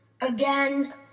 again